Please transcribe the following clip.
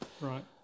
Right